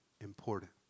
important